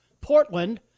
Portland